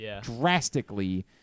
drastically